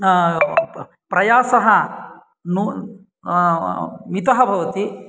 प्रयासः मितः भवति